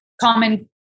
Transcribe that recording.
common